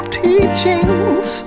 teachings